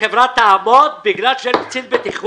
חברה תעבוד כי אין כאן קצין בטיחות?